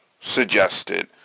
suggested